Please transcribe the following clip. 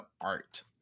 art